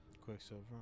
Quicksilver